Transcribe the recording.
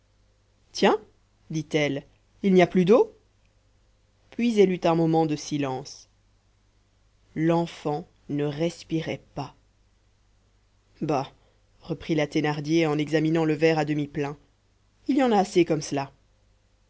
tiens dit-elle il n'y a plus d'eau puis elle eut un moment de silence l'enfant ne respirait pas bah reprit la thénardier en examinant le verre à demi plein il y en aura assez comme cela